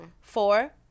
Four